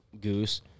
goose